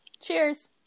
cheers